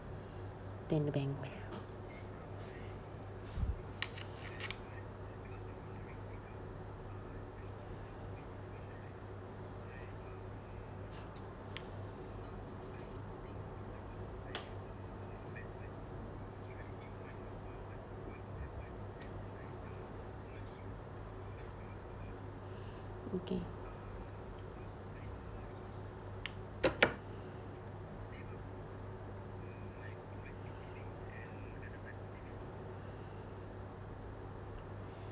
than the banks okay